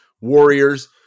Warriors